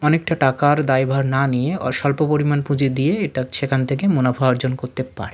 অনেকটা টাকার দায়ভার না নিয়ে ও স্বল্প পরিমাণ পুঁজি দিয়ে এটা সেখান থেকে মুনাফা অর্জন করতে পারে